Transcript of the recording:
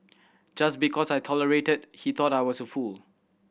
just because I tolerated he thought I was a fool